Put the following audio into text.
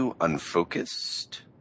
Unfocused